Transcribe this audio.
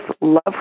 love